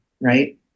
Right